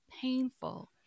painful